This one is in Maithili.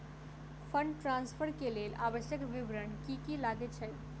फंड ट्रान्सफर केँ लेल आवश्यक विवरण की की लागै छै?